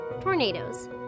tornadoes